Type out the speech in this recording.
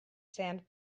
sand